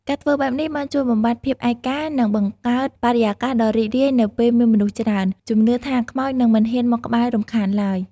ការធ្វើបែបនេះបានជួយបំបាត់ភាពឯកា និងបង្កើតបរិយាកាសដ៏រីករាយនៅពេលមានមនុស្សច្រើន ជំនឿថាខ្មោចនឹងមិនហ៊ានមកក្បែររំខានឡើយ ។